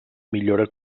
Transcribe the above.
millora